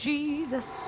Jesus